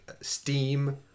steam